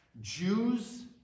Jews